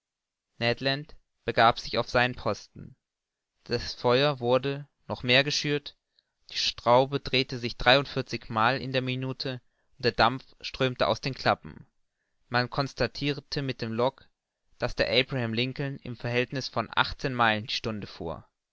begab sich auf seinen posten die feuer wurden noch mehr geschürt die schraube drehte sich dreiundvierzig mal in der minute und der dampf strömte aus den klappen man constatirte mit dem log daß der abraham lincoln im verhältniß von achtzehn meilen die stunde fuhr